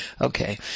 Okay